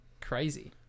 Crazy